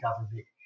government